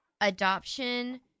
adoption